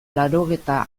laurogeita